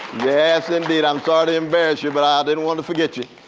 yes indeed. i'm sorry to embarrass you but i didn't want to forget you.